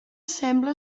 sembla